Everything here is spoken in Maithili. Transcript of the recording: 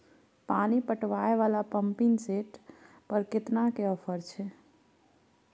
पानी पटावय वाला पंपिंग सेट मसीन पर केतना के ऑफर छैय?